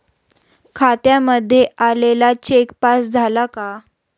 खात्यामध्ये आलेला cheque pass झाला का?